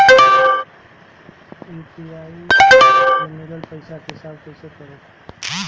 UPI से मिलल पईसा के हिसाब कइसे करब?